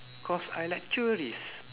cause I like tourist